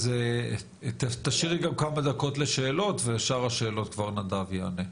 אז תשאירי גם כמה דקות לשאלות ועל שאר השאלות כבר נדב יענה.